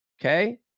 Okay